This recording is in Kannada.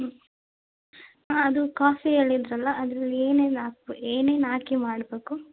ಹ್ಞೂ ಹಾಂ ಅದು ಕಾಫಿ ಹೇಳಿದ್ದಿರಲ್ಲ ಅದರಲ್ಲಿ ಏನೇನು ಹಾಕಬೇ ಏನೇನು ಹಾಕಿ ಮಾಡಬೇಕು